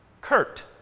Kurt